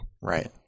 right